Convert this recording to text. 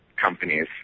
companies